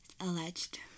Alleged